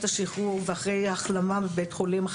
השחרור ואחרי ההחלמה בבית החולים,